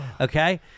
Okay